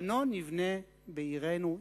בנה נבנה בעירנו ירושלים.